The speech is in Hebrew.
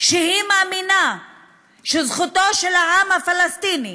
שהיא מאמינה שזכותו של העם הפלסטיני